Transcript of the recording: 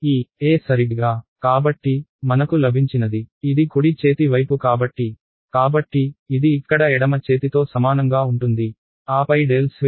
E సరిగ్గా కాబట్టి మనకు లభించినది ఇది కుడి చేతి వైపు కాబట్టి కాబట్టి ఇది ఇక్కడ ఎడమ చేతితో సమానంగా ఉంటుంది ఆపై ∇² E